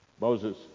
Moses